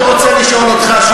אני רוצה לשאול אותך,